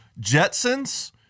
Jetsons